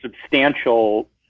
substantial